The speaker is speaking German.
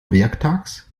werktags